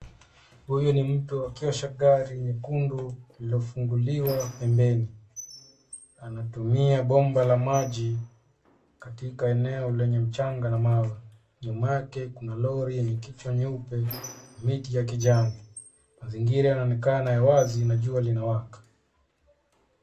Huyu ni mtu akiosha gari nyekundu lililo funguliwa pembeni, anatumia bomba la maji katika eneo lenye mchanga na mawe, nyuma yake kuna lori lenye kichwa nyeupe, miti ya kijani mazingira inaonekana ya wazi na jua linawaka